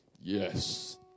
yes